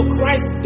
Christ